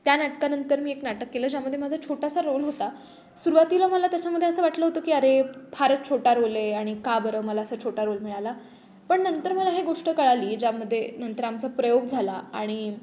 त्या नाटकानंतर मी एक नाटक केलं ज्यामध्ये माझा छोटासा रोल होता सुरुवातीला मला त्याच्यामध्ये असं वाटलं होतं की अरे फारच छोटा रोल आहे आणि का बरं मला असा छोटा रोल मिळाला पण नंतर मला हे गोष्ट कळाली ज्यामध्ये नंतर आमचा प्रयोग झाला आणि